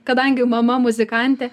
kadangi mama muzikantė